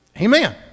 Amen